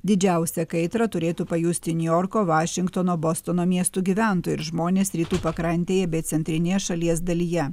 didžiausią kaitrą turėtų pajusti niujorko vašingtono bostono miestų gyventojai ir žmonės rytų pakrantėje bei centrinėje šalies dalyje